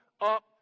up